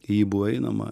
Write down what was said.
į jį buvo einama